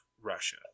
Russia